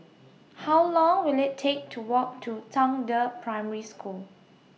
How Long Will IT Take to Walk to Zhangde Primary School